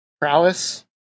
prowess